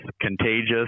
contagious